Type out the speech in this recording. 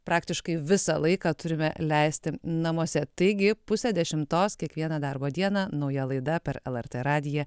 praktiškai visą laiką turime leisti namuose taigi pusę dešimtos kiekvieną darbo dieną nauja laida per lrt radiją